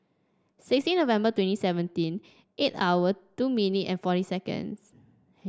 sixteen November twenty seventeen eight hour two minute and forty seconds